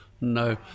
No